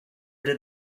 did